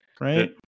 Right